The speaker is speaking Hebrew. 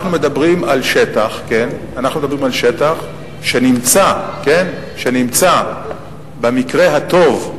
אנחנו מדברים על שטח שנמצא במקרה הטוב,